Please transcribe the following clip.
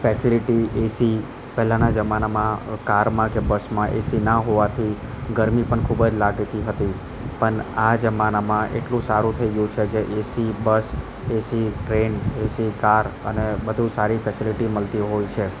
facility AC પહેલાંના જમાનામાં કારમાં કે બસમાં એસી ન હોવાથી ગરમી પણ ખૂબ જ લાગતી હતી પન આ જમાનામાં એટલું સારું થઈ ગયું છે કે AC bus AC train AC car અને બધું સારી ફેસીલીટી મળતી હોય છે